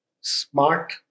smart